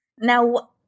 Now